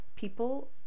People